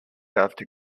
after